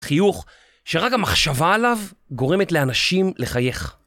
חיוך שרק המחשבה עליו גורמת לאנשים לחייך.